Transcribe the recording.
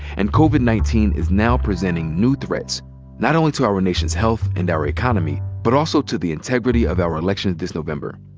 and covid nineteen is now presenting new threats not only to our nation's health and our economy but also to the integrity of our election this november.